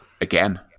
again